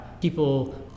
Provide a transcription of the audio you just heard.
People